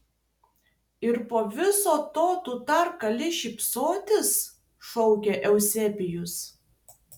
ir po viso to tu dar gali šypsotis šaukė euzebijus